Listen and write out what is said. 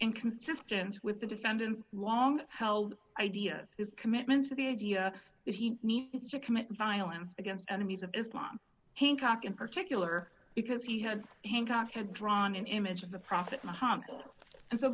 and consistent with the defendant's long held ideas his commitment to the idea that he needs to commit violence against enemies of islam hancock in particular because he had hancock and drawn image of the prophet muhammad